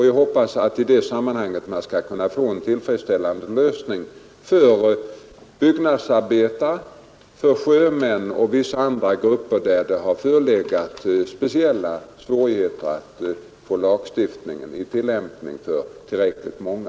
Jag hoppas att man i det sammanhanget skall få en tillfredsställande lösning för byggnadsarbetare, sjömän och vissa andra grupper i fraga om vilka det förelegat speciella svarigheter att tillämpa lagstiftningen för tillräckligt manga.